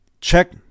Check